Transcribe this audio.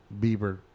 Bieber